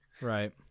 Right